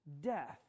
death